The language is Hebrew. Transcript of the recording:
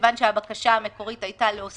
כיוון שהבקשה המקורית הייתה להוסיף